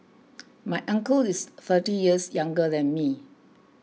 my uncle is thirty years younger than me